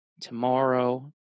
tomorrow